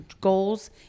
goals